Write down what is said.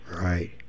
right